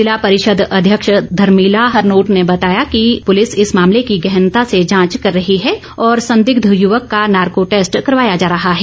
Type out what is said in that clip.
जिला परिषद अध्यक्ष धर्मिला हरनोट ने बताया कि पुलिस इस मामले की गहनता से जांच कर रही है और संदिग्ध युवक का नाको टैस्ट करवाया जा रहा है